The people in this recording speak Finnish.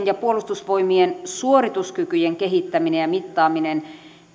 ja puolustusvoimien suorituskykyjen kehittäminen ja mittaaminen